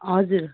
हजुर